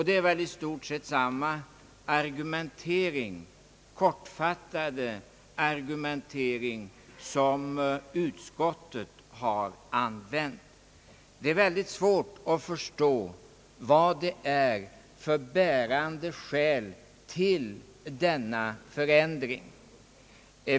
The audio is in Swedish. Det är väl i stort sett samma kortfattade argumentering som utskottet har anfört. Det är svårt att förstå vilka de bärande skälen är till denna förändring.